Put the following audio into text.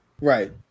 Right